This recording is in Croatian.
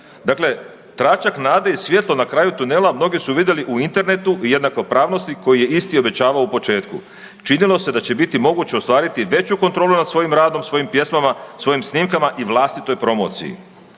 Dakle, tračak nade i svjetlo na kraju tunela mnogi su vidjeli u internetu, u jednakopravnosti koji je isti obećavao u početku. Činilo se da će biti moguće ostvariti veću kontrolu nad svojim radom, svojim pjesmama, svojim snimkama i vlastitoj promociji.